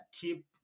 keep